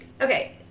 Okay